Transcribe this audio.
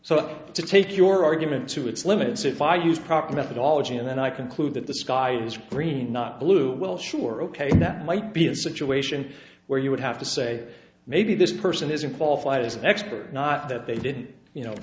so to take your argument to its limits if i use proper methodology and then i conclude that the sky is green not blue well sure ok that might be a situation where you would have to say maybe this person isn't qualified as an expert not that they did you know